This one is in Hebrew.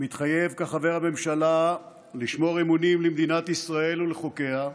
מתחייב כחבר הממשלה לשמור אמונים למדינת ישראל ולחוקיה,